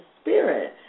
spirit